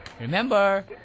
Remember